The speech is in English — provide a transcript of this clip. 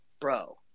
bro